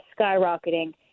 skyrocketing